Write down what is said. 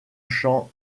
champs